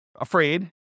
afraid